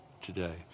today